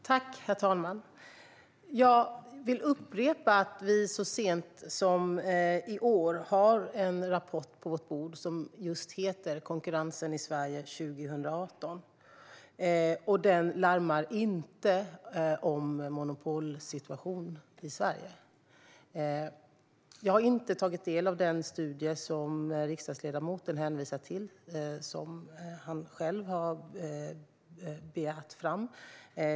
Herr talman! Jag vill upprepa att vi så sent som i år fått en rapport på vårt bord som just heter Konkurrensen i Sverige 2018 . Den larmar inte om någon monopolsituation i Sverige. Jag har inte tagit del av den studie som riksdagsledamoten hänvisar till, som han själv har begärt fram.